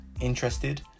Interested